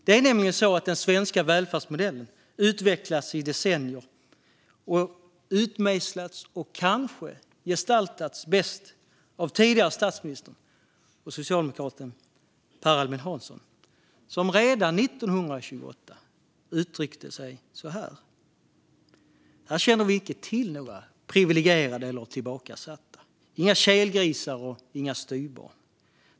Det är nämligen så att den svenska välfärdsmodellen har utvecklats i decennier och har utmejslats och kanske bäst gestaltats av den tidigare statsministern och socialdemokraten Per Albin Hansson, som redan 1928 uttryckte sig så här: Här känner vi icke till några priviligierade eller tillbakasatta, inga kelgrisar och inga styvbarn.